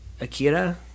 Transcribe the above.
Akira